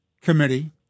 committee